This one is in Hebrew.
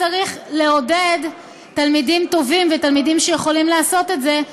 צריך לעודד תלמידים טובים ותלמידים שיכולים לעשות את זה,